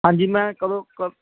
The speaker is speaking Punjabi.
ਹਾਂਜੀ ਮੈਂ ਕਦੋਂ ਕ